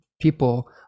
people